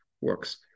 works